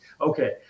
Okay